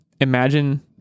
imagine